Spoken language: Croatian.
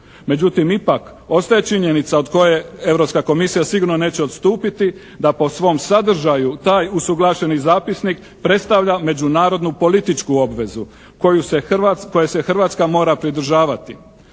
Međutim, ipak ostaje činjenica od koje Europska komisija sigurno neće odstupiti da po svom sadržaju taj usuglašeni zapisnik predstavlja međunarodnu političku obvezu koje se Hrvatska mora pridržavati.